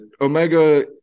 Omega